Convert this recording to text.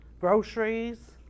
groceries